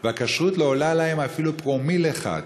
והכשרות לא עולה להם אפילו פרומיל אחד.